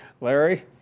Larry